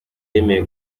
yemeye